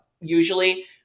usually